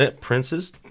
Princes